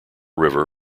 river